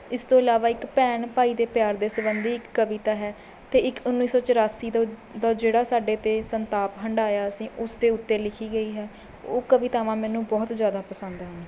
ਇਸ ਤੋਂ ਇਲਾਵਾ ਇੱਕ ਭੈਣ ਭਾਈ ਦੇ ਪਿਆਰ ਦੇ ਸੰਬੰਧੀ ਇੱਕ ਕਵਿਤਾ ਹੈ ਅਤੇ ਇੱਕ ਉੱਨੀ ਸੌ ਚੁਰਾਸੀ ਦਾ ਦਾ ਜਿਹੜਾ ਸਾਡੇ 'ਤੇ ਸੰਤਾਪ ਹੰਢਾਇਆ ਅਸੀਂ ਉਸ ਦੇ ਉੱਤੇ ਲਿਖੀ ਗਈ ਹੈ ਉਹ ਕਵਿਤਾਵਾਂ ਮੈਨੂੰ ਬਹੁਤ ਜ਼ਿਆਦਾ ਪਸੰਦ ਹਨ